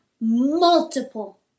multiple